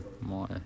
more